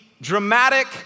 dramatic